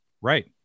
right